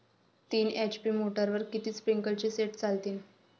तीन एच.पी मोटरवर किती स्प्रिंकलरचे सेट चालतीन?